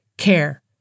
care